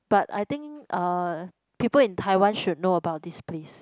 but I think uh people in Tai-Wan should know about this place